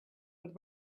but